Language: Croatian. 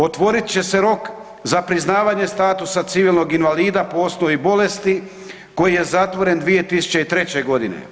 Otvorit će se rok za priznavanje statusa civilnog invalida po osnovi bolesti koji je zatvoren 2003. godine.